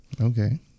Okay